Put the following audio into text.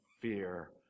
Fear